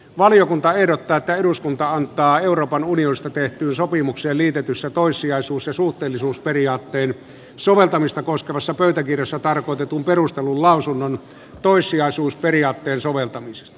valiokunta ehdottaa että eduskunta antaa euroopan unionista tehtyyn sopimukseen liitetyssä toissijaisuus ja suhteellisuusperiaatteen soveltamista koskevassa pöytäkirjassa tarkoitetun perustellun lausunnon toissijaisuusperiaatteen soveltamisesta